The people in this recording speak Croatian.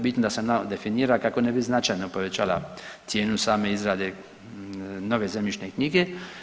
Bitno da se nama definira kako ne bi značajno povećala cijenu same izrade nove zemljišne knjige.